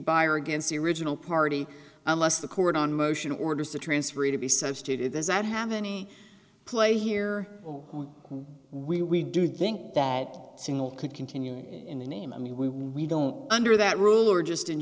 by or against the original party unless the court on motion orders the transfer to be substituted does that have any play here or would we do think that single could continue in the name i mean we we don't under that rule or just in